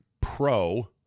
Pro